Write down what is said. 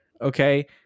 okay